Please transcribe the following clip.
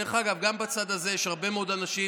דרך אגב, גם בצד הזה יש הרבה מאוד אנשים,